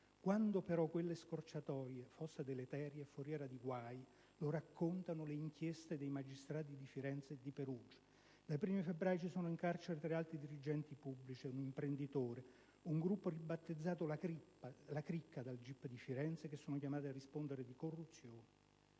Quanto però quella scorciatoia fosse deleteria e foriera di guai lo raccontano le inchieste dei magistrati di Firenze e di Perugia. Dai primi di febbraio sono in carcere tre alti dirigenti pubblici e un imprenditore (un gruppo ribattezzato «la cricca» dal gip di Firenze), che sono chiamati a rispondere di corruzione.